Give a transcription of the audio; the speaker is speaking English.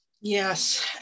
yes